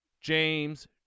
James